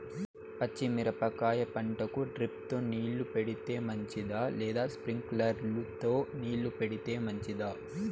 పచ్చి మిరపకాయ పంటకు డ్రిప్ తో నీళ్లు పెడితే మంచిదా లేదా స్ప్రింక్లర్లు తో నీళ్లు పెడితే మంచిదా?